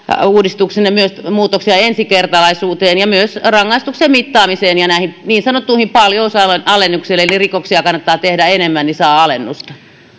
uudistuksenne myös muutoksia ensikertalaisuuteen ja myös rangaistuksen mittaamiseen ja näihin niin sanottuihin paljousalennuksiin eli siihen että rikoksia kannattaa tehdä enemmän niin että saa alennusta